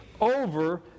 over